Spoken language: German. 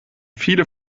viele